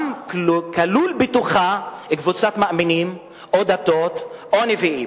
כלולים בתוכה קבוצת מאמינים או דתות או נביאים.